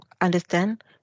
understand